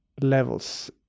levels